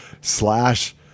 slash